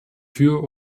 für